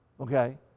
Okay